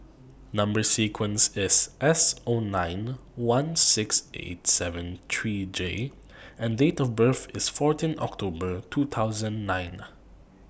Number sequence IS S O nine one six eight seven three J and Date of birth IS fourteen October two thousand nine